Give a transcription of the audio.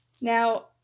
Now